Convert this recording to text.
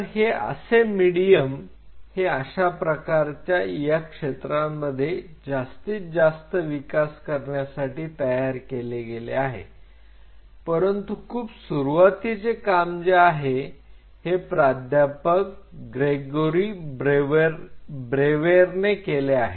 तर हे असे मिडीयम हे अशा प्रकारच्या या क्षेत्रामध्ये जास्तीत जास्त विकास करण्यासाठी तयार केले गेले आहे परंतु खूप सुरुवातीचे काम जे आहे हे प्राध्यापक ग्रेगोरी ब्रेवेरने केले आहे